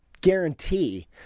guarantee